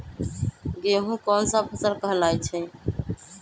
गेहूँ कोन सा फसल कहलाई छई?